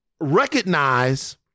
recognize